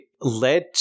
led